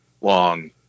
long